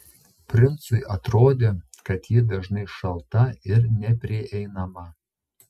princui atrodė kad ji dažnai šalta ir neprieinama